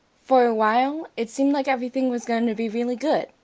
for a while, it seemed like everything was going to be really good,